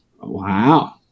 Wow